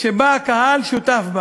שבה הקהל שותף.